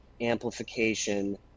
amplification